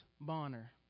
Bonner